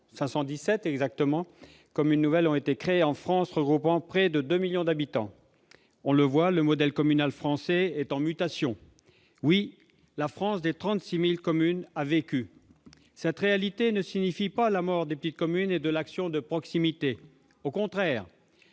517 exactement -communes nouvelles ont été créées en France, regroupant près de 2 millions d'habitants. On le voit, le modèle communal français est en mutation. Oui, la France des 36 000 communes a vécu. Cette réalité ne signifie pas la mort des petites communes et de l'action de proximité. Au contraire,